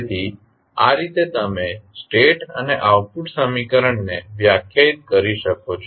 તેથી આ રીતે તમે સ્ટેટ અને આઉટપુટ સમીકરણને વ્યાખ્યાયિત કરી શકો છો